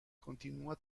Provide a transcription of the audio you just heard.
continúa